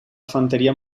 fanteria